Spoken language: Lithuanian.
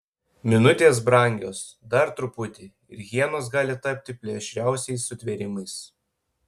minutės brangios dar truputį ir hienos gali tapti plėšriausiais sutvėrimais